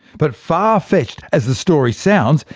but far-fetched as the story sounds,